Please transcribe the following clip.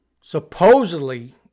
supposedly